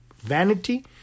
vanity